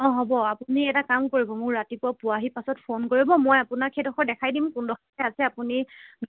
অঁ হ'ব আপুনি এটা কাম কৰিব মোৰ ৰাতিপুৱা পোৱাহি পাছত ফোন কৰিব মই আপোনাক সেইডোখৰ দেখাই দিম কোনডোখৰতে আছে আপুনি